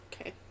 okay